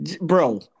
bro